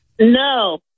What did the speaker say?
No